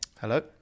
Hello